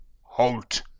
Halt